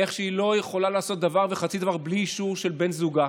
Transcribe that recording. איך שהיא לא יכולה לעשות דבר וחצי דבר בלי אישור של בן זוגה,